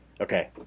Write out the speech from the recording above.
Okay